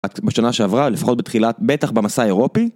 בשנה שעברה לפחות בתחילת בטח במסע אירופי.